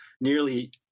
nearly